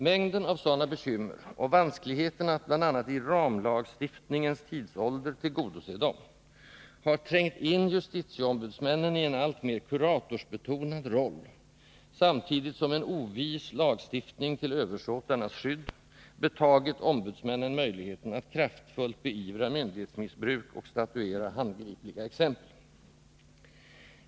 Mängden av sådana bekymmer och vanskligheten att — bl.a. i ”ramlagstift ningens” tidsålder — tillgodose dem har trängt in justitieombudsmännen i en 5 alltmer kuratorsbetonad roll, samtidigt som en ovis lagstiftning till översåtarnas skydd betagit ombudsmännen möjligheten att kraftfullt beivra myndighetsmissbruk och statuera handgripliga exempel.